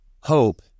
hope